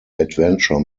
adventure